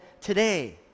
today